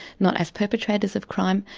not as perpetrators of crime,